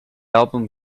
album